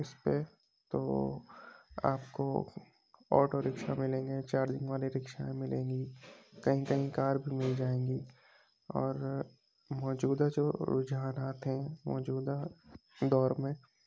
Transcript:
اِس پہ تو وہ آپ کو آٹو رکشا ملیں گے چارجنگ والے رکشا ملیں گی کہیں کہیں کار بھی مل جائیں گی اور موجودہ جو رجحانات ہیں موجودہ دور میں